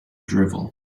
drivel